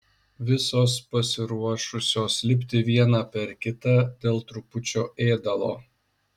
visos pasiruošusios lipti viena per kitą dėl trupučio ėdalo